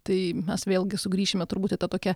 tai mes vėlgi sugrįšime turbūt į tą tokią